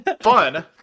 fun